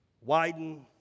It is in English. widen